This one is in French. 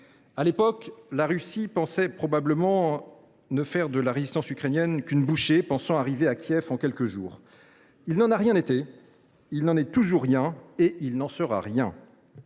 À l’époque, la Russie imaginait probablement ne faire de la résistance ukrainienne qu’une bouchée ; elle pensait arriver à Kiev en quelques jours. Il n’en a rien été, il n’en est toujours rien, et il n’en sera rien.